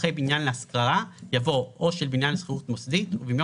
אחרי "בניין להשכרה" יבוא "או של בניין לשכירות מוסדית" ובמקום